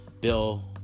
Bill